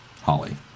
Holly